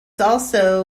also